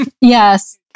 Yes